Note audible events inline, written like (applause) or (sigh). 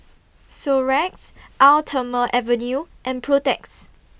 (noise) Xorex Eau Thermale Avene and Protex